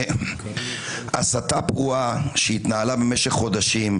הסתה פרועה שהתנהלה במשך חודשים,